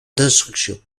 d’instruction